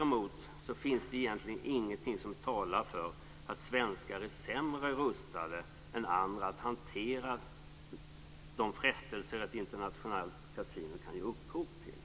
Däremot finns det egentligen ingenting som talar för att svenskar är sämre rustade än andra att hantera de frestelser ett internationellt kasino kan ge upphov till.